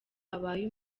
abaye